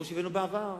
כמו שהבאנו בעבר.